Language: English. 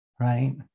right